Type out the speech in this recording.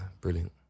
brilliant